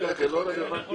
כרגע זה לא רלוונטי.